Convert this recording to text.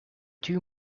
two